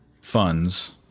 Funds